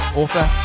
author